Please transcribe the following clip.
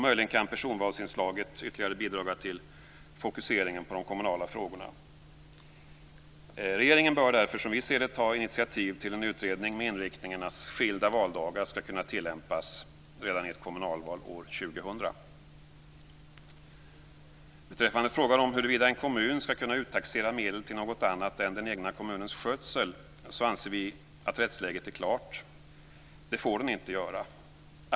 Möjligen kan personvalsinslaget ytterligare bidra till fokuseringen på de kommunala frågorna. Regeringen bör därför som vi ser det ta initiativ till en utredning med inriktningen att skilda valdagar skall kunna tillämpas redan i ett kommunalval år Beträffande frågan om huruvida en kommun skall kunna uttaxera medel till något annat än den egna kommunens skötsel anser vi att rättsläget är klart. Det får den inte göra.